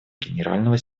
генерального